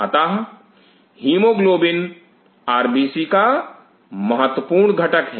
अतः haemoglobin RBC का महत्वपूर्ण घटक है